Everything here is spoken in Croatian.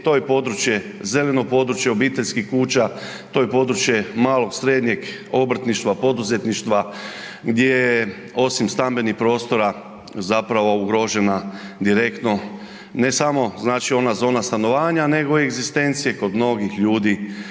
to je područje zeleno područje obiteljskih kuća, to je područje malog, srednjeg obrtništva poduzetništva gdje je osim stambenih prostora zapravo ugrožena direktno, ne samo ona zona stanovanja nego i egzistencije kod mnogih ljudi